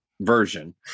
version